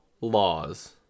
laws